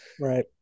Right